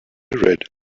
read